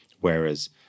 Whereas